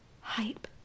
Hype